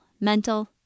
mental